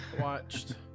watched